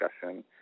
discussion